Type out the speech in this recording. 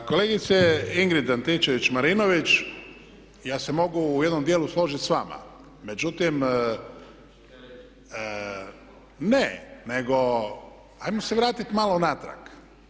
Pa kolegice Ingrid Antičević-Marinović, ja se mogu u jednom dijelu složiti s vama međutim …… [[Upadica se ne čuje.]] Ne, nego, ajmo se vratiti malo unatrag.